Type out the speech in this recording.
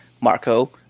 Marco